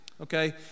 okay